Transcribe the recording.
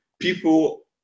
people